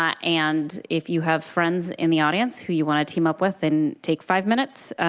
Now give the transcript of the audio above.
ah and, if you have friends in the audience who you want to team up with, and take five minutes,